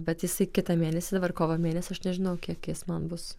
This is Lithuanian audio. bet jisai kitą mėnesį dabar kovo mėnesis aš nežinau kiek jis man bus